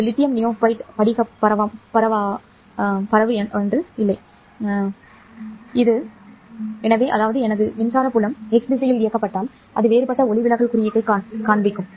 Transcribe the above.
இது lithium niobate படிக பரவாயில்லை இது அடிப்படையில் அனிசோட்ரோபிக் ஆகும் அதாவது எனது மின்சார புலம் x திசையில் இயக்கப்பட்டால் அது வேறுபட்ட ஒளிவிலகல் குறியீட்டைக் காணும்